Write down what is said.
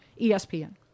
ESPN